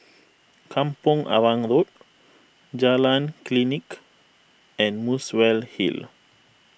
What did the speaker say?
Kampong Arang Road Jalan Klinik and Muswell Hill